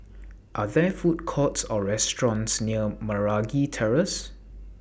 Are There Food Courts Or restaurants near Meragi Terrace